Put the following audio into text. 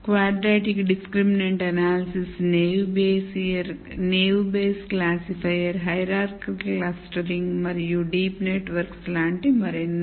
Quadratic discriminant analysis Naive Bayes classifier Hierarchical clustering మరియు deep networks లాంటి మరెన్నో